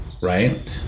right